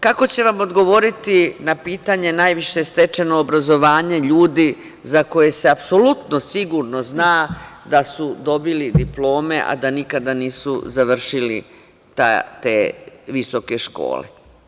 Kako će vam odgovoriti na pitanje „najviše stečeno obrazovanje“ ljudi za koje se apsolutno sigurno zna da su dobili diplome, a da nikada nisu završili te visoke škole?